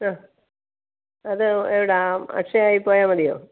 ആ അത് എവിടെയാണ് അക്ഷയയിൽ പോയാൽ മതിയോ